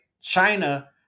China